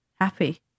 happy